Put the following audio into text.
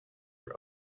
your